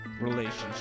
relationship